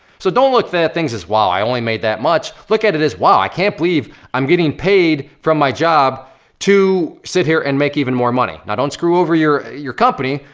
so don't look at things as wow, i only made that much. look at it as wow, i can't believe i'm getting paid from my job to sit here and make even more money. now don't screw over your your company.